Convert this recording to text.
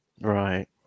right